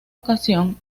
ocasión